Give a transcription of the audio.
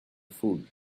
food